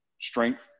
strength